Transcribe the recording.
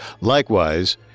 Likewise